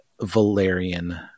Valerian